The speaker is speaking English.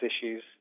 issues